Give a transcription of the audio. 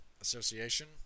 Association